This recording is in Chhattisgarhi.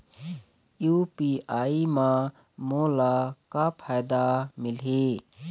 यू.पी.आई म मोला का फायदा मिलही?